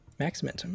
Maximum